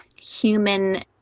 human